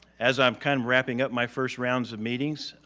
as i'm kind of wrapping up my first rounds of meetings,